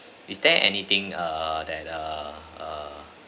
is there anything err that err err